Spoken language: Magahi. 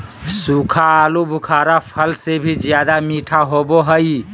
सूखा आलूबुखारा फल से भी ज्यादा मीठा होबो हइ